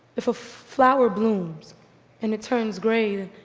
if a flower blooms and it turns gray,